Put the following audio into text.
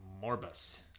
Morbus